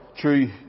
true